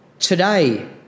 Today